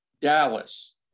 Dallas